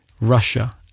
Russia